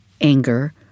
anger